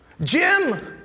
Jim